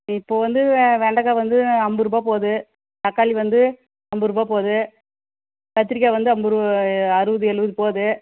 ம் இப்போது வந்து வெண்டைக்கா வந்து ஐம்பது ரூபா போகுது தக்காளி வந்து ஐம்பது ரூபா போகுது கத்திரிக்கா வந்து ஐம்பது அறுபது எழுவது போகுது